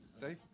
Dave